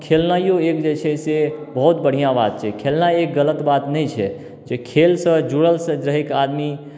खेलनाइयो एक जे छै से बहुत बढ़िआँ बात छै खेलनाइ एक गलत बात नहि छै जे खेलसँ जुड़ल रहि कऽ आदमी